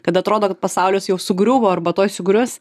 kad atrodo kad pasaulis jau sugriuvo arba tuoj sugrius